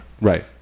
Right